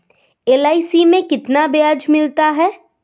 LIC में कितना ब्याज मिलता है?